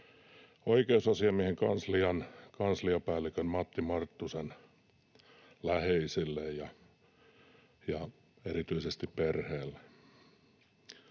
oikeusasiamiehen kanslian kansliapäällikön Matti Marttusen läheisille ja erityisesti perheelle.